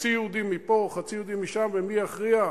חצי יהודים מפה, חצי יהודים משם, ומי יכריע?